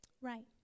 Right